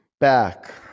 back